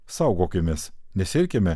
saugokimės nesirkime